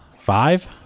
Five